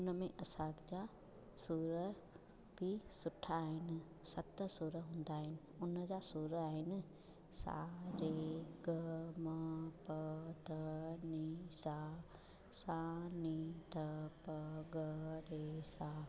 उन में असांजा सुर बि सुठा आहिनि सत सुर हूंदा आहिनि उन जा सुर आहिनि सा रे ग म प द नी सा सा नी द प ग रे सा